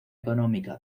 económica